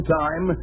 time